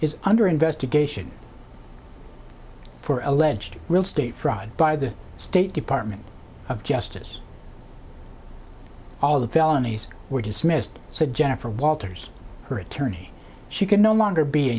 house is under investigation for alleged real estate fraud by the state department of justice all of the felonies were dismissed said jennifer walters her attorney she could no longer be a